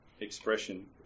expression